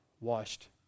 washed